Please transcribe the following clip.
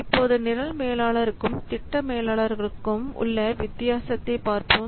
இப்பொழுது நிரல் மேலாளருக்கும் மற்றும் திட்ட மேலாளருக்கும் உள்ள வித்தியாசத்தை பார்ப்போம்